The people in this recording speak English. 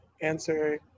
answer